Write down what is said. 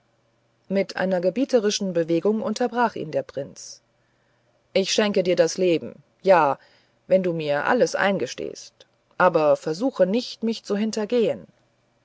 mit einer gebieterischen bewegung unterbrach ihn der prinz ich schenke dir das leben ja wenn du mir alles eingestehst aber versuche nicht mich zu hintergehen